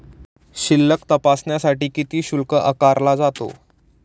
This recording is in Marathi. शिल्लक तपासण्यासाठी किती शुल्क आकारला जातो?